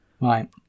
right